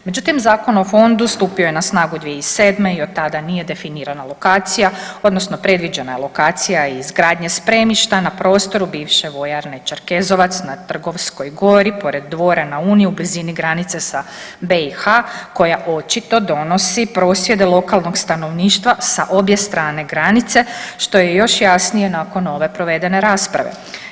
Međutim, Zakon o fondu stupio je na snagu 2007. i otada nije definirana lokacija odnosno predviđena je lokacija izgradnje spremišta na prostoru bivše vojarne Čerkezovac na Trgovskoj gori pored Dvora na uni u blizini granice sa BiH koja očito donosi prosvjed lokalnog stanovništva sa obje strane granice, što je još jasnije nakon ove provedene rasprave.